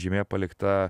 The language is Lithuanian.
žymė palikta